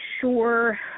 sure